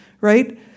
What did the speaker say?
right